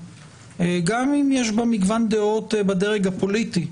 גם אם יש בה מגוון דעות בדרג הפוליטי,